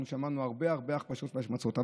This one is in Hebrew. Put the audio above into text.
אנחנו שמענו הרבה הרבה הכפשות והשמצות.